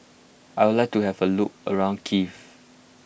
I would like to have a look around Kiev